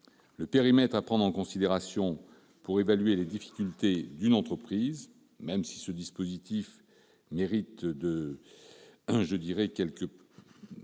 le périmètre à prendre en considération pour évaluer les difficultés d'une entreprise, même si ce dispositif mérite quelques